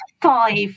five